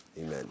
Amen